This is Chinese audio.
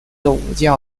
武将